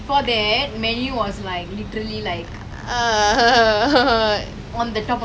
that's why like every club is buying players and stuff you only bought one player ah